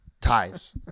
Ties